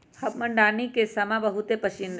हमर नानी के समा बहुते पसिन्न रहै